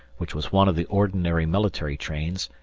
which was one of the ordinary military trains,